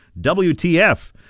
WTF